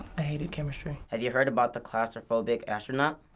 i hated chemistry. have you heard about the claustrophobic astronaut?